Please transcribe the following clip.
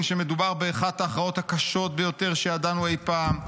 שמדובר באחת ההכרעות הקשות ביותר שידענו אי פעם,